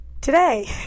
today